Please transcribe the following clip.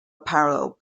parallel